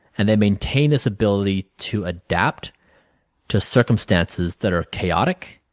and they maintain this ability to adapt to circumstances that are chaotic,